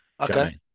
Okay